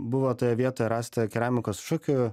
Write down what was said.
buvo toje vietoje rasta keramikos šukių